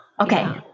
Okay